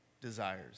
desires